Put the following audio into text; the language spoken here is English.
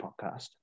podcast